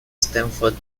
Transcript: stanford